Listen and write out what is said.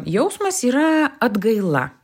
jausmas yra atgaila